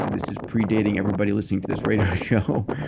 and this is predating everybody listening to this radio show.